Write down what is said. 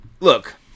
Look